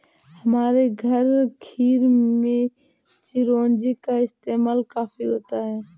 हमारे घर खीर में चिरौंजी का इस्तेमाल काफी होता है